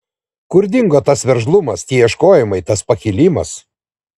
kur dingo tas veržlumas tie ieškojimai tas pakilimas